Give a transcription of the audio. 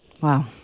Wow